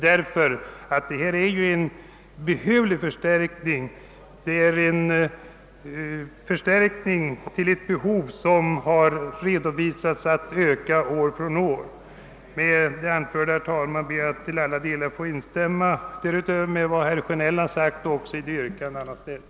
Här är det fråga om en behövlig förstärkning av anslagen till ett behov som har redovisats år från år. Med det anförda, herr talman, ber jag att till alla delar få instämma i vad herr Sjönell har sagt och i det yrkande han har ställt.